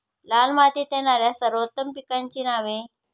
लाल मातीत येणाऱ्या सर्वोत्तम पिकांची नावे?